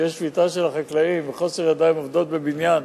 כשיש שביתה של החקלאים וחוסר ידיים עובדות בבניין,